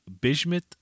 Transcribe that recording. bismuth